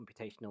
computational